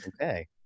Okay